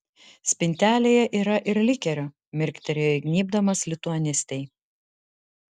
spintelėje yra ir likerio mirktelėjo įgnybdamas lituanistei